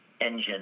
engine